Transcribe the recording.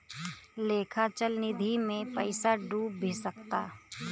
लेखा चल निधी मे पइसा डूब भी सकता